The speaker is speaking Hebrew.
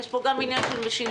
יש פה גם עניין של משילות,